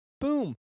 Boom